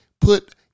put